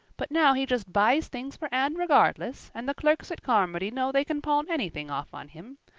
but now he just buys things for anne regardless, and the clerks at carmody know they can palm anything off on him.